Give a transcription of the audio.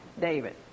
David